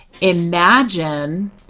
imagine